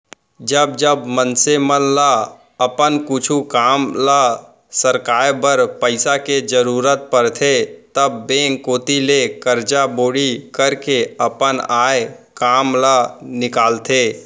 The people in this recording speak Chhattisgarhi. जब जब मनसे मन ल अपन कुछु काम ल सरकाय बर पइसा के जरुरत परथे तब बेंक कोती ले करजा बोड़ी करके अपन आय काम ल निकालथे